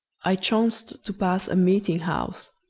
i chanced to pass a meeting-house.